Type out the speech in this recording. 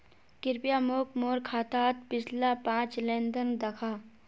कृप्या मोक मोर खातात पिछला पाँच लेन देन दखा